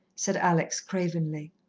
said alex cravenly.